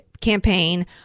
campaign